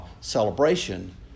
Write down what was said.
celebration